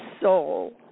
soul